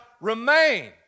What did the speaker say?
remain